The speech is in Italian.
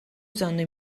usando